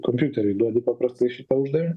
kompiuteriui duodi paprastai šitą uždavinį